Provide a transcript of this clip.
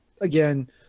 again